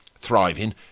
thriving